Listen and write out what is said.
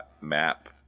map